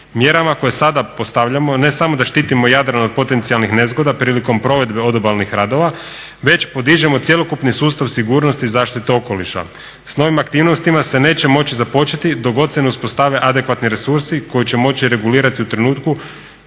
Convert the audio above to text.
Mjerama koje sada postavljamo ne samo da štitimo Jadran od potencijalnih nezgoda prilikom provedbe odobalnih radova već podižemo cjelokupni sustav sigurnosti zaštite okoliša. S novim aktivnostima se neće moći započeti dok god se ne uspostave adekvatni resursi koji će moći regulirati u trenutku